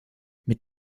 mit